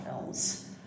films